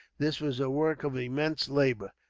this was a work of immense labour,